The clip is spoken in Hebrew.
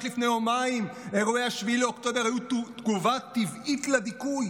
רק לפני יומיים: אירועי 7 באוקטובר היו תגובה טבעית לדיכוי,